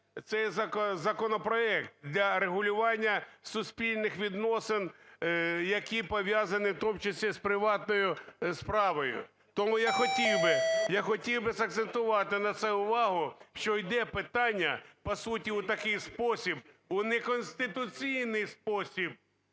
цей законопроект, для регулювання суспільних відносин, які пов'язані в тому числі з приватною справою. Тому я хотів би, я хотів би закцентувати на цьому увагу, що йде питання по суті у такий спосіб, у неконституційний спосіб,